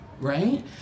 right